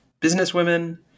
businesswomen